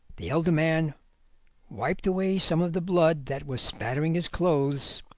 the elder man wiped away some of the blood that was spattering his clothes,